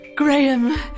Graham